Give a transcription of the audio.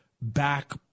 back